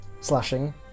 slashing